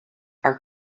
are